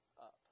up